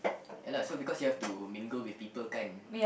ya lah so because you have to mingle with people kind